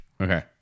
Okay